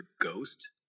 Ghost